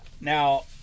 Now